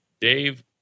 Dave